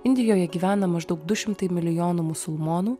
indijoje gyvena maždaug du šimtai milijonų musulmonų